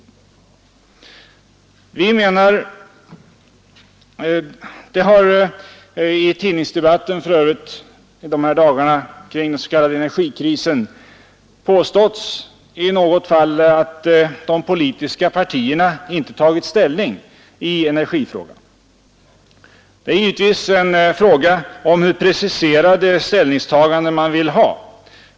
Det har för övrigt i tidningsdebatten kring den s.k. energikrisen i de här dagarna i något fall påståtts att de politiska partierna inte tagit ställning i energifrågan. Det är givetvis en fråga om hur preciserade ställningstaganden man vill ha.